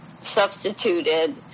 substituted